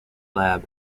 lab